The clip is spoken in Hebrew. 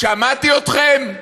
שמעתי אתכם.